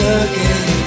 again